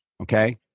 Okay